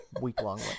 week-long